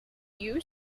you